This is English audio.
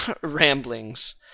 ramblings